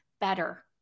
better